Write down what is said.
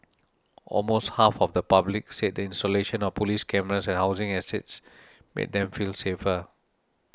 almost half of the public said the installation of police cameras at housing estates made them feel safer